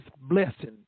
blessing